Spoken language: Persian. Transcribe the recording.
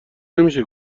نمیشه